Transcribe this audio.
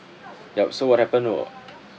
yup so what happened wa~